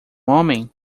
homem